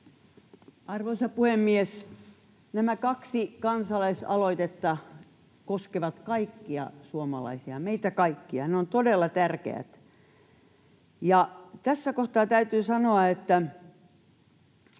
Arvoisa puhemies! Nämä kaksi kansalaisaloitetta koskevat kaikkia suomalaisia, meitä kaikkia. Ne ovat todella tärkeät. Tässä kohtaa täytyy sanoa edustaja